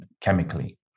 chemically